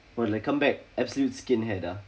more like come back absolute skin hair dah